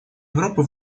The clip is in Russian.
европы